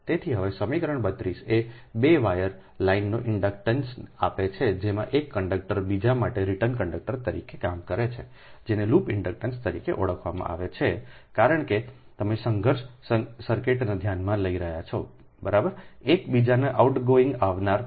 તેથી હવે સમીકરણ 32 એ 2 વાયર લાઇનનો ઇન્ડક્ટન્સ આપે છે જેમાં 1 કંડક્ટર બીજા માટે રીટર્ન કંડક્ટર તરીકે કામ કરે છે જેને લૂપ ઇન્ડક્ટન્સ તરીકે ઓળખવામાં આવે છે કારણ કે તમે સંઘર્ષ સર્કિટને ધ્યાનમાં લઈ રહ્યા છો બરાબર એક બીજાને આઉટગોઇંગ આવનાર છે